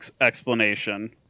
explanation